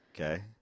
Okay